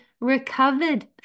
recovered